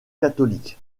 catholique